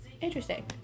Interesting